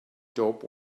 dope